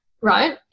right